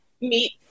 meet